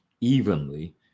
evenly